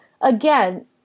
again